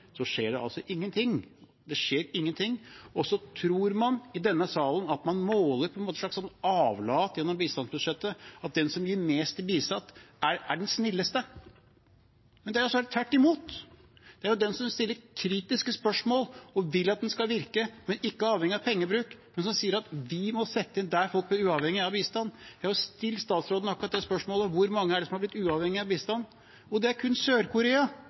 skjer det ingen ting. Det skjer ingen ting, og så tror man i denne sal at man måler et slags avlat gjennom bistandsbudsjettet ved at den som gir mest i bistand, er den snilleste. Men det er rett og slett tvert imot. Det er jo den som stiller kritiske spørsmål og vil at den skal virke, men ikke avhengig av pengebruk, og som sier at vi må sette inn tiltak der folk blir uavhengige av bistand. Jeg har stilt statsråden akkurat det spørsmålet: Hvor mange er det som har blitt uavhengige av bistand? Og det er kun